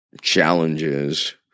challenges